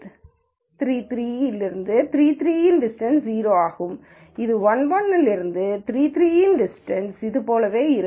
3 3 இலிருந்து 3 3 இன் டிஸ்டன்ஸ் 0 ஆகும் இது 1 1 இலிருந்து 3 3 இன் டிஸ்டன்ஸ் இது போலவே இருக்கும்